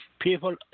People